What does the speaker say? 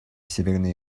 северной